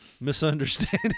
misunderstanding